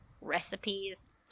recipes